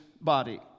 body